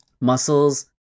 muscles